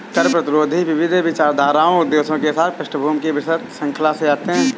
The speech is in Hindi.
कर प्रतिरोधी विविध विचारधाराओं उद्देश्यों के साथ पृष्ठभूमि की विस्तृत श्रृंखला से आते है